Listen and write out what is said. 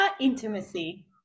Intimacy